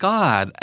God